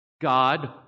God